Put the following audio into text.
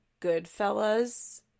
Goodfellas